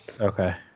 okay